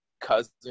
cousin